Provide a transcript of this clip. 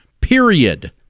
period